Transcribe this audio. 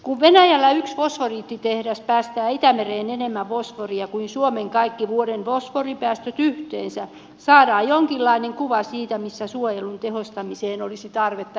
kun venäjällä yksi fosforiittitehdas päästää itämereen enemmän fosforia kuin suomen kaikki vuoden fosforipäästöt yhteensä saadaan jonkinlainen kuva siitä missä suojelun tehostamiseen olisi tarvetta erityisesti